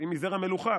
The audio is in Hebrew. היא מזרע מלוכה.